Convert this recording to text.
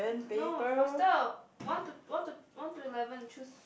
no faster one to one to one to eleven choose